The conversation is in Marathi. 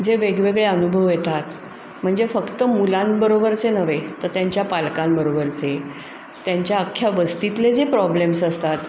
जे वेगवेगळे अनुभव येतात म्हणजे फक्त मुलांबरोबरचे नव्हे तर त्यांच्या पालकांबरोबरचे त्यांच्या अख्ख्या वस्तीतले जे प्रॉब्लेम्स असतात